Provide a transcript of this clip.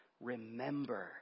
remember